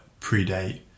predate